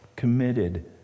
committed